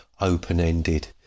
open-ended